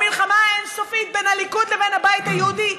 המלחמה האין-סופית בין הליכוד לבית היהודי,